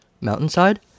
Mountainside